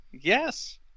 Yes